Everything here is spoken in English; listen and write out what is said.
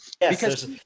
Yes